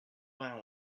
vingt